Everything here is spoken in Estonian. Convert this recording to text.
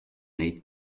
neid